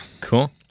Cool